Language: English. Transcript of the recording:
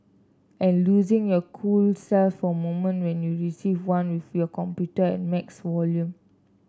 and losing your cool self for a moment when you receive one with your computer at max volume